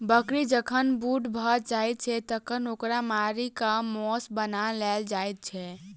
बकरी जखन बूढ़ भ जाइत छै तखन ओकरा मारि क मौस बना लेल जाइत छै